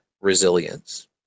resilience